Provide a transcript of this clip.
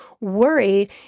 worry